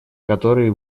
который